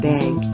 Bank